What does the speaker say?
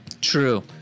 True